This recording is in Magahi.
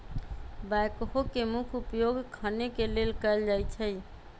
बैकहो के मुख्य उपयोग खने के लेल कयल जाइ छइ